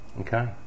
Okay